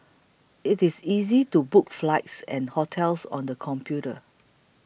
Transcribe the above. it is easy to book flights and hotels on the computer